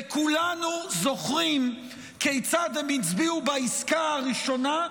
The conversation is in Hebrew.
וכולנו זוכרים כיצד הם הצביעו בעסקה הראשונה,